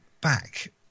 back